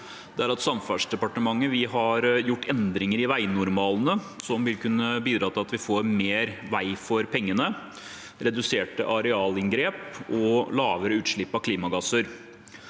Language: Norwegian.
imidlertid har gjort, er å gjøre endringer i veinormalene, noe som vil kunne bidra til at vi får mer vei for pengene, reduserte arealinngrep og lavere utslipp av klimagasser.